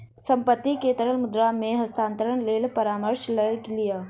संपत्ति के तरल मुद्रा मे हस्तांतरणक लेल परामर्श लय लिअ